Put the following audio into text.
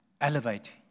Elevate